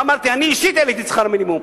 ואמרתי: אני אישית העליתי את שכר המינימום,